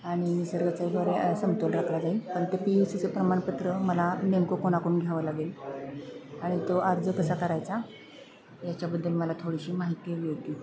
आणि निसर्गाचाही बऱ्या समतोल राखला जाईल पण ते पी यू सीचं प्रमाणपत्र मला नेमकं कोणाकडून घ्यावं लागेल आणि तो अर्ज कसा करायचा याच्याबद्दल मला थोडीशी माहिती हवी होती